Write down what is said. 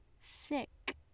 sick